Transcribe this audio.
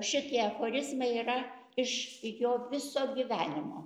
šitie aforizmai yra iš jo viso gyvenimo